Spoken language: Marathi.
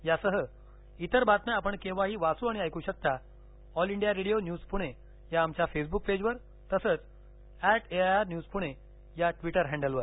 यासह इतर बातम्या आपण केव्हाही वाचू ऐकू शकता All India Radio news Pune या आमच्या फेसबुक पेजवर तसंच at A I R news Pune या ट्विटर इॅडलवर